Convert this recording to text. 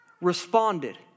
responded